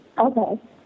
Okay